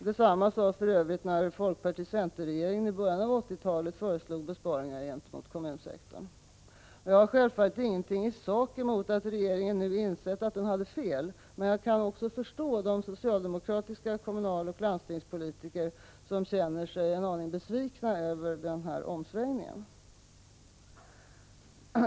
Detsamma sades för övrigt när folkparti-centerregeringen i början av 1980-talet föreslog besparingar gentemot kommunsektorn. Jag har självfallet ingenting i sak emot att regeringen nu insett att den hade fel, men jag kan också förstå de socialdemokratiska kommunaloch landstingspolitiker som känner sig besvikna över omsvängningen.